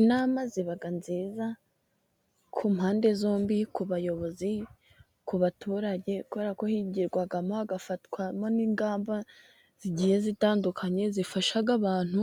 Inama iba nziza ku mpande zombi ku bayobozi ,ku baturage kuberako higirwamo hagafatwamo n'ingamba zigiye zitandukanye , zifasha abantu